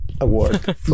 Award